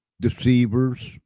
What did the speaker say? deceivers